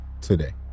today